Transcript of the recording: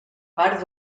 part